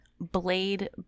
Blade